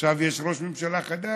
עכשיו יש ראש ממשלה חדש,